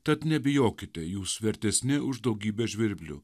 tad nebijokite jūs vertesni už daugybę žvirblių